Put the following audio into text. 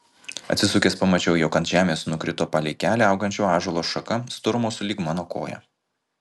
atsisukęs pamačiau jog ant žemės nukrito palei kelią augančio ąžuolo šaka storumo sulig mano koja